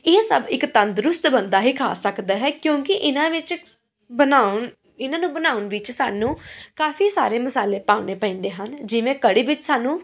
ਇਹ ਸਭ ਇੱਕ ਤੰਦਰੁਸਤ ਬੰਦਾ ਹੀ ਖਾ ਸਕਦਾ ਹੈ ਕਿਉਂਕਿ ਇਹਨਾਂ ਵਿੱਚ ਬਣਾਉਣ ਇਹਨਾਂ ਨੂੰ ਬਣਾਉਣ ਵਿੱਚ ਸਾਨੂੰ ਕਾਫੀ ਸਾਰੇ ਮਸਾਲੇ ਪਾਉਣੇ ਪੈਂਦੇ ਹਨ ਜਿਵੇਂ ਕੜੀ ਵਿੱਚ ਸਾਨੂੰ